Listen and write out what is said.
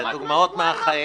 אלה דוגמאות מהחיים.